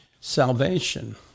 salvation